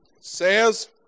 says